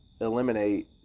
eliminate